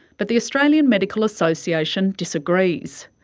but the australian medical association disagrees.